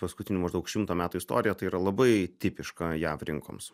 paskutinių maždaug šimto metų istoriją tai yra labai tipiška jav rinkoms